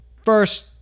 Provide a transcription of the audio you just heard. First